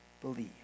believe